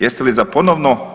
Jeste li za ponovno